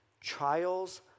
trials